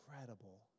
incredible